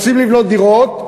רוצים לבנות דירות,